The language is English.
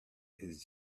his